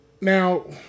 Now